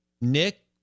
Nick